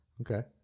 okay